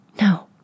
No